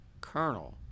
Colonel